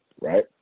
right